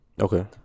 Okay